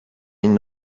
این